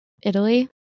Italy